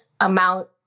amount